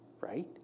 Right